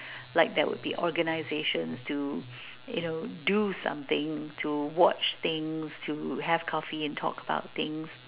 like that would be organizations to you know do something to watch things to have coffee and talk about things